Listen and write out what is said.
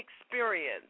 experience